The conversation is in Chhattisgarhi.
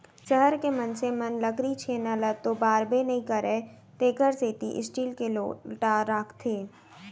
सहर के मनसे मन लकरी छेना ल तो बारबे नइ करयँ तेकर सेती स्टील के लोटा राखथें